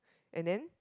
and then